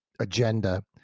agenda